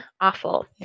awful